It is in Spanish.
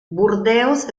burdeos